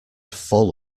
full